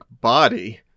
body